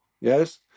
yes